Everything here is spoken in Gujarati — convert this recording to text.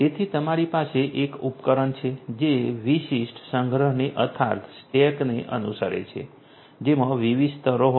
તેથી તમારી પાસે એક ઉપકરણ છે જે વિશિષ્ટ સંગ્રહને અર્થાત સ્ટેક ને અનુસરે છે જેમાં વિવિધ સ્તરો હોય છે